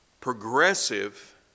progressive